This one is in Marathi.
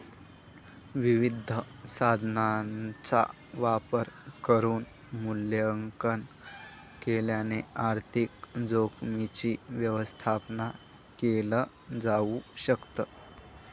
विविध साधनांचा वापर करून मूल्यांकन केल्याने आर्थिक जोखीमींच व्यवस्थापन केल जाऊ शकत